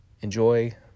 enjoy